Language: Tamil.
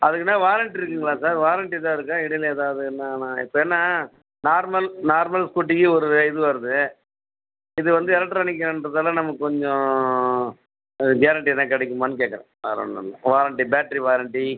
அதுக்கு என்ன வாரண்ட்டி இருக்குதுங்களா சார் வாரண்ட்டி எதாவது இருக்கா இடையில் எதாவதுன்னா நான் இப்போ ஏன்னா நார்மல் நார்மல் ஸ்கூட்டிக்கு ஒரு இது வருது இது வந்து எலக்ட்ரானிக்யின்றதுனால நமக்கு கொஞ்சம் கேரண்ட்டி எதாவது கிடைக்குமான்னு கேட்குறேன் வேறு ஒன்றும் இல்லை வாரண்ட்டி பேட்டரி வாரண்ட்டி